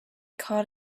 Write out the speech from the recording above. caught